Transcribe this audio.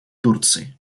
турции